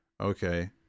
okay